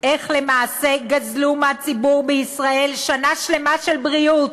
איך למעשה גזלו מציבור בישראל שנה שלמה של בריאות,